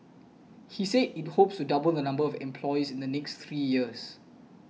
he said it hopes to double the number of employees in the next three years